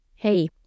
Hey